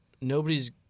nobody's